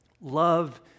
love